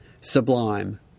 Sublime